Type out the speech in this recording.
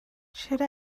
should